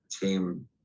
team